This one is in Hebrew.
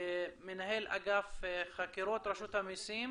מנהל אגף חקירות, רשות המסים.